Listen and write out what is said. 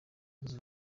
zunze